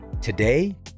today